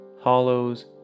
hollows